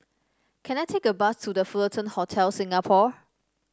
can I take a bus to The Fullerton Hotel Singapore